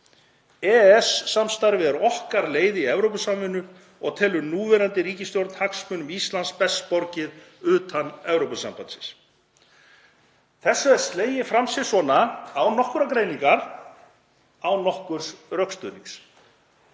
„EES-samstarfið er okkar leið í Evrópusamvinnu og telur núverandi ríkisstjórn hagsmunum Íslands best borgið utan Evrópusambandsins.“ Þessu er slegið fram sisvona án nokkurrar greiningar, án nokkurs rökstuðnings.